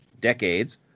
decades